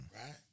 Right